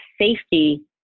safety